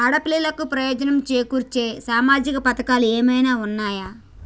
ఆడపిల్లలకు ప్రయోజనం చేకూర్చే సామాజిక పథకాలు ఏమైనా ఉన్నయా?